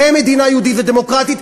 כמדינה יהודית ודמוקרטית,